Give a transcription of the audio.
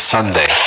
Sunday